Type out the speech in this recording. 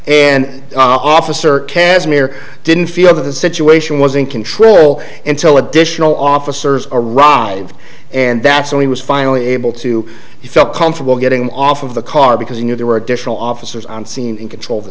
and officer casimir didn't feel that the situation was in control until additional officers arrived and that's when he was finally able to he felt comfortable getting off of the car because he knew there were additional officers on scene in control